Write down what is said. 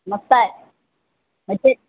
मस्त आहे मजेत